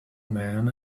men